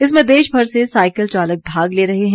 इसमें देश भर से साइकिल चालक भाग ले रहे हैं